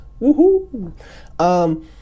Woohoo